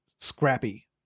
scrappy